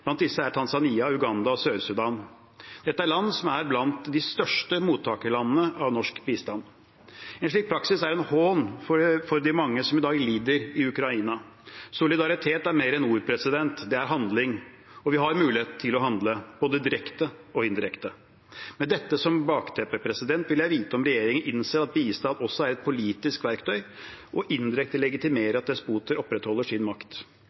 Blant disse er Tanzania, Uganda og Sør-Sudan. Dette er land som er blant de største mottakerlandene av norsk bistand. En slik praksis er en hån mot de mange som lider i Ukraina. Solidaritet er mer enn ord, det er handling, og vi har mulighet til å handle, både direkte og indirekte. Med dette som bakteppe vil jeg vite om regjeringen innser at bistand også er et politisk verktøy og indirekte legitimerer at despoter opprettholder sin makt.